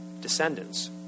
descendants